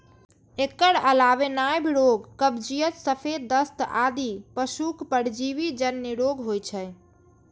एकर अलावे नाभि रोग, कब्जियत, सफेद दस्त आदि पशुक परजीवी जन्य रोग होइ छै